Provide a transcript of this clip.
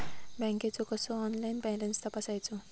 बँकेचो कसो online balance तपासायचो?